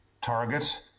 target